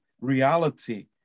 reality